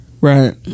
Right